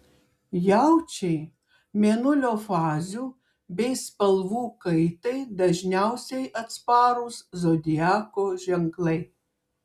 jaučiai mėnulio fazių bei spalvų kaitai dažniausiai atsparūs zodiako ženklai